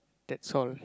that's all